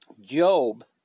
Job